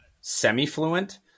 semi-fluent